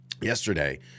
yesterday